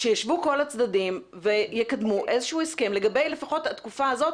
ישבו כל הצדדים ויקדמו איזשהו הסכם לפחות לגבי התקופה הזאת